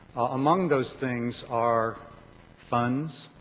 among those things are funds,